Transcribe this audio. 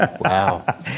Wow